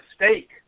mistake